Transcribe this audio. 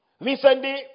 Recently